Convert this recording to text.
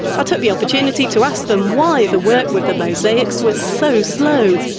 i took the opportunity to ask them why the work with the mosaics was so slow.